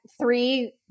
three